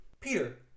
Peter